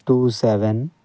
two seven